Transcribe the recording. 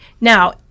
Now